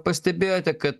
pastebėjote kad